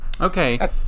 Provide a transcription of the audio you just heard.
okay